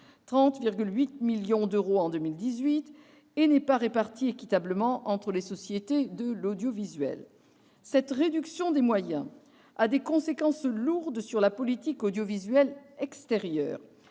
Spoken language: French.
2018 -et que celle-ci n'est pas répartie équitablement entre les sociétés de l'audiovisuel. Cette réduction des moyens a des conséquences lourdes sur la politique audiovisuelle extérieure.